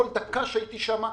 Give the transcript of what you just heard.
כל דקה שהייתי שמה,